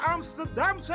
Amsterdam